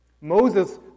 Moses